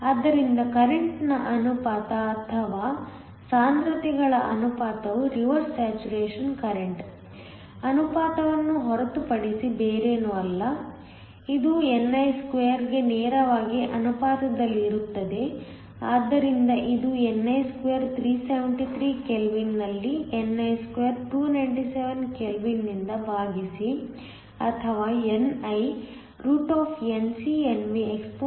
ಆದ್ದರಿಂದ ಕರೆಂಟ್ನ ಅನುಪಾತ ಅಥವಾ ಕರೆಂಟ್ ಸಾಂದ್ರತೆಗಳ ಅನುಪಾತವು ರಿವರ್ಸ್ ಸ್ಯಾಚುರೇಶನ್ ಕರೆಂಟ್ ಅನುಪಾತವನ್ನು ಹೊರತುಪಡಿಸಿ ಬೇರೇನೂ ಅಲ್ಲ ಇದು ni2 ಗೆ ನೇರವಾಗಿ ಅನುಪಾತದಲ್ಲಿರುತ್ತದೆ ಆದ್ದರಿಂದ ಇದು ni2 373 ಕೆಲ್ವಿನ್ನಲ್ಲಿ ni2 297 ಕೆಲ್ವಿನ್ ನಿಂದ ಭಾಗಿಸಿ ಅಥವಾ ni NcNvexp Eg2kT